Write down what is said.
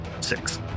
six